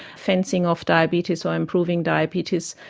fencing off diabetes or improving diabetes.